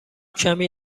کمی